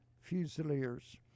Fusiliers